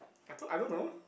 I don't I don't know